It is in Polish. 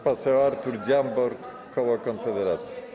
Poseł Artur Dziambor, koło Konfederacji.